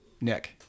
Nick